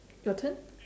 your turn